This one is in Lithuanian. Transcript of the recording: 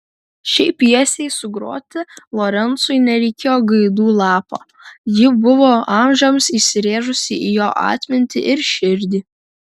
šiai pjesei sugroti lorencui nereikėjo gaidų lapo ji buvo amžiams įsirėžusi į jo atmintį ir širdį